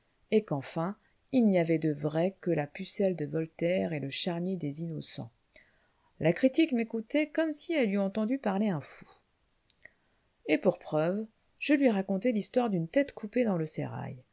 et qu'enfin il n'y avait de vrai que la pucelle de voltaire et le charnier des innocents la critique m'écoutait comme si elle eût entendu parler un fou et pour preuve je lui racontai l'histoire d'une tête coupée dans le sérail